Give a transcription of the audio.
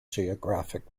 geographic